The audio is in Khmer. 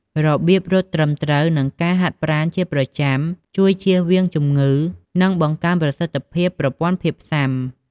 របៀបរត់ត្រឹមត្រូវ និងការហាត់ប្រាណជាប្រចាំជួយជៀសវាងជំងឺ និងបង្កើនប្រសិទ្ធភាពប្រព័ន្ធភាពសុាំ។